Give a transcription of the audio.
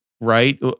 right